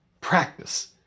practice